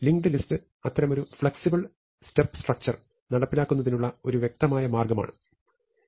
linked list അത്തരമൊരു flexible step structure നടപ്പിലാക്കുന്നതിനുള്ള ഒരു വ്യക്തമായ മാർഗ്ഗം മാത്രമാണ്